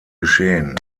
geschehen